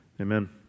Amen